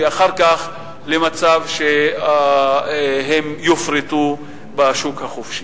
ואחר כך למצב שהם יופרטו בשוק החופשי.